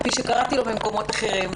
כפי שקראתי לו במקומות אחרים,